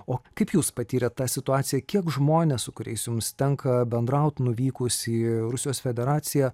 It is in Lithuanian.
o kaip jūs patyrėt tą situaciją kiek žmonės su kuriais jums tenka bendraut nuvykus į rusijos federaciją